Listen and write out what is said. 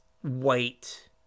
white